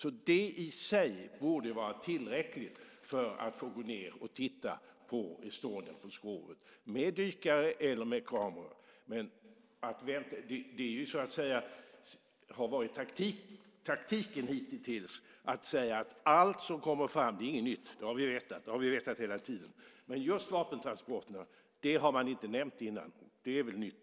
Det i sig borde vara tillräckligt för att gå ned och titta på Estonias skrov med dykare eller med kameror. Det har varit taktiken hitintills att säga att det som har kommit fram inte är något nytt, det har vi vetat hela tiden. Men just vapentransporterna har man inte nämnt tidigare. Det är väl nytt.